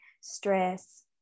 stress